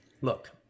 look